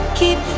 keep